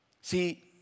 See